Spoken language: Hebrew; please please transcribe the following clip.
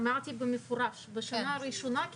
אמרתי במפורש: בשנה הראשונה,